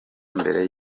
mbere